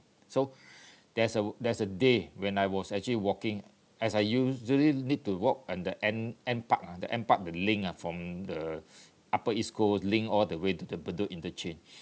so there's a there's a day when I was actually walking as I usually need to walk on the end end park ah the end park the link ah from the upper east coast link all the way to the bedok interchange